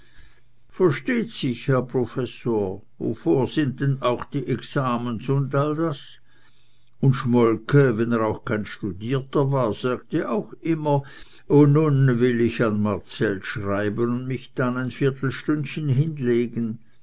versteht sich herr professor wovor sind denn auch die examens un all das un schmolke wenn er auch kein studierter war sagte auch immer und nun will ich an marcell schreiben und mich dann ein viertelstündchen hinlegen